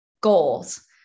goals